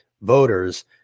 voters